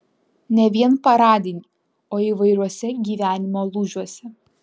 ne vien paradinį o įvairiuose gyvenimo lūžiuose